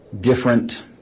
different